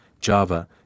Java